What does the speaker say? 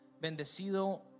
bendecido